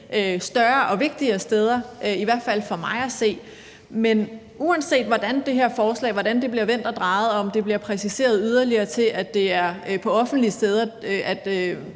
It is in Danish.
større og vigtigere steder, i hvert fald for mig at se. Men uanset hvordan det her forslag bliver vendt og drejet, og om det bliver præciseret yderligere til, at det er på offentlige steder, at